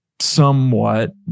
somewhat